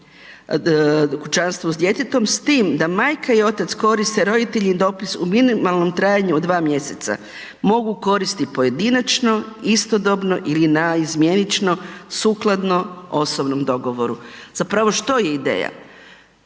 kućanstvu s djetetom s tim da majka i otac koriste roditeljni dopust u minimalnom trajanju od 2 mjeseca. Mogu koristiti pojedinačno, istodobno ili naizmjenično sukladno osobnom dogovoru. Zapravo, što je ideja.